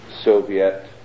Soviet